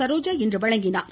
சரோஜா இன்று வழங்கினார்